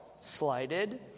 slighted